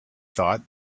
thought